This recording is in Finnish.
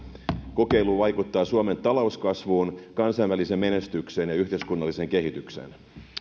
kokeilu vaikuttaa suomen talouskasvuun kansainväliseen menestykseen ja yhteiskunnalliseen kehitykseen